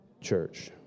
church